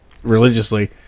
Religiously